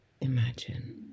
Imagine